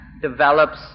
develops